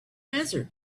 desert